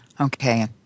Okay